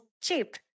cheap